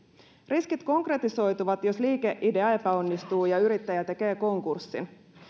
riskit konkretisoituvat jos liikeidea epäonnistuu ja yrittäjä tekee konkurssin